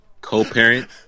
co-parent